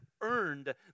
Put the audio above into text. earned